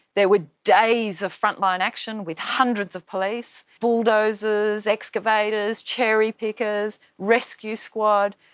there were days of frontline action with hundreds of police, bulldozers, excavators, cherry-pickers, rescue squad.